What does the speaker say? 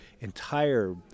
entire